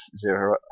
Zero